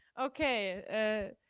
okay